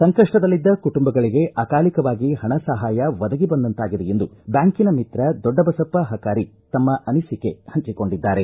ಸಂಕಷ್ಟದಲ್ಲಿದ್ದ ಕುಟುಂಬಗಳಗೆ ಅಕಾಲಿಕವಾಗಿ ಹಣ ಸಹಾಯ ಒದಗಿಬಂದಂತಾಗಿದೆ ಎಂದು ಬ್ಯಾಂಕಿನ ಮಿತ್ರ ದೊಡ್ಡಬಸಪ್ಪ ಹಕಾರಿ ತನ್ನ ಅನಿಸಿಕೆ ಹಂಚಿಕೊಂಡಿದ್ದಾರೆ